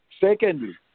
Secondly